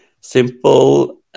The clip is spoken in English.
simple